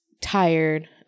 tired